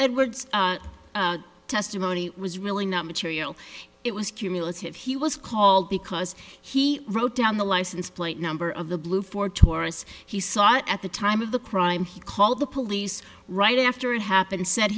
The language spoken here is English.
edwards testimony was really not material it was cumulative he was called because he wrote down the license plate number of the blue ford taurus he saw it at the time of the crime he called the police right after it happened said